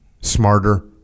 smarter